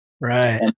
right